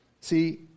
See